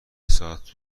ساعت